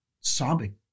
sobbing